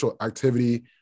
activity